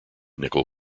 nickel